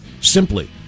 Simply